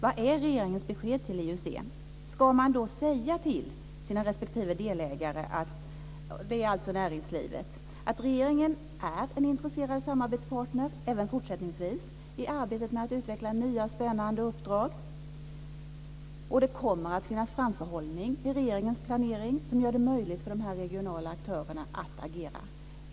Vad är regeringens besked till IUC? Ska man säga till sina respektive delägare, dvs. näringslivet, att regeringen är en intresserad samarbetspartner även fortsättningsvis i arbetet med att utveckla nya, spännande uppdrag? Det kommer att finnas en framförhållning i regeringens planering som gör det möjligt för de regionala aktörerna att agera.